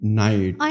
night